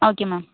okay ma'am